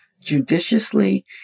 judiciously